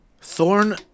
Thorn